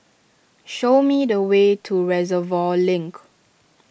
show me the way to Reservoir Link